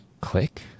Click